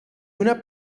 una